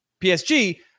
PSG